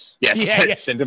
Yes